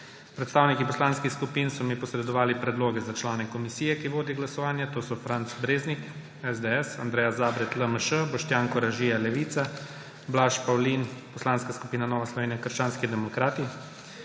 Predstavniki poslanskih skupin so mi posredovali predloge za člane komisije, ki vodi glasovanje. To so Franc Breznik – SDS, Andreja Zabret – LMŠ, Boštjan Koražija – Levica, Blaž Pavlin – Nova Slovenija – krščanski demokrati.